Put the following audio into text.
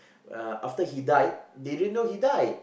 uh after he died didn't know he died